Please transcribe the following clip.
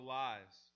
lives